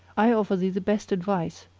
i offer thee the best advice,